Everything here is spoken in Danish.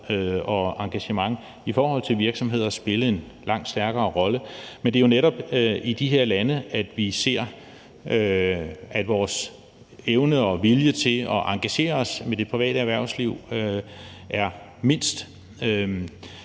og engagement i forhold til virksomheder spille en langt stærkere rolle. Men det er jo netop i de her lande, vi ser, at vores evne og vilje til at engagere os med det private erhvervsliv er mindst.